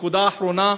נקודה אחרונה,